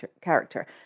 character